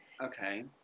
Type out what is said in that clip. Okay